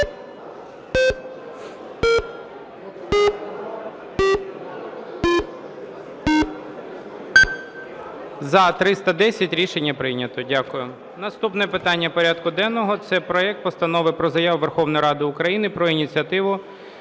За-310 Рішення прийнято. Дякую. Наступне питання порядку денного – це проект Постанови про Заяву Верховної Ради України щодо інциденту